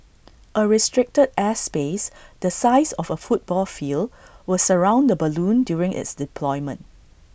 A restricted airspace the size of A football field will surround the balloon during its deployment